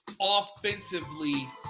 offensively